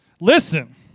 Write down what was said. Listen